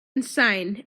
insane